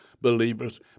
believers